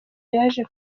yaje